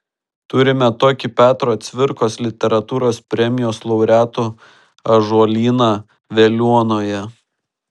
turime tokį petro cvirkos literatūros premijos laureatų ąžuolyną veliuonoje